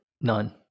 None